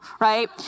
right